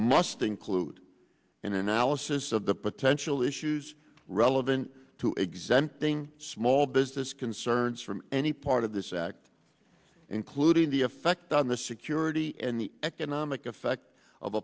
must include an analysis of the potential issues relevant to exempting small business concerns from any part of this act including the effect on the security and the economic effect of